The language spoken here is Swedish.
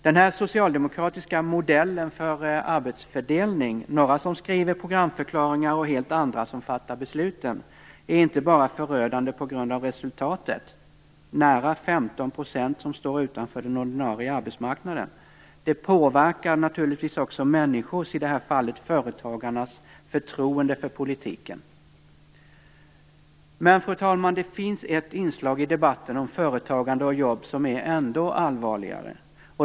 Den socialdemokratiska modellen för arbetsfördelning med några som skriver programförklaringar och helt andra som fattar besluten, är inte bara förödande på grund av resultatet, nära 15 % som står utanför den ordinarie arbetsmarknaden. Den påverkar naturligtvis också människors - i det här fallet företagarnas - förtroende för politiken. Men, fru talman, det finns ett inslag i debatten om företagande och jobb som är ännu allvarligare.